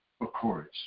Accords